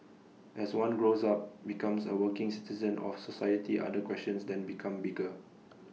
as one grows up becomes A working citizen of society other questions then become bigger